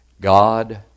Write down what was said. God